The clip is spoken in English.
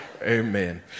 Amen